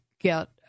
get